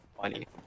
funny